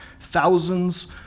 Thousands